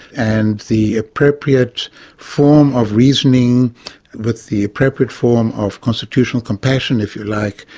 and the appropriate form of reasoning with the appropriate form of constitutional compassion, if you like,